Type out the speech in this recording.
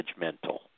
judgmental